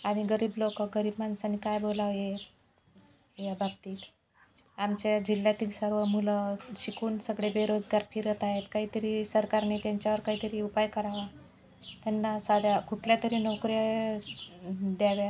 आनि गरीब लोकं गरीब मानसानी काय बोलाव ए या बाबतीत आमच्या या जिल्ह्यातील सर्व मुलं शिकून सगडे बेरोजगार फिरत आएत काईतरी सरकारने त्यांच्यावर काईतरी उपाय करावा त्यांना साद्या कुटल्यातरी नोकऱ्या द्याव्या